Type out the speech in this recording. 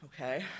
Okay